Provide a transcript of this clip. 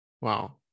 Wow